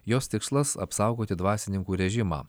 jos tikslas apsaugoti dvasininkų režimą